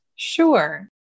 Sure